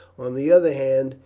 on the other hand,